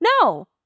No